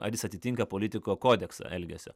ar jis atitinka politiko kodeksą elgesio